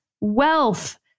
wealth